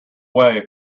way